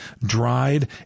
dried